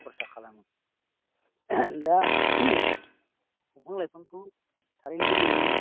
खरसा खालामो दा दंफां लाइफांखौ थारैनो जोंनो